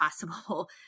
possible